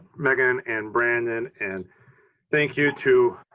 meaghan and brandon, and thank you to